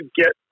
get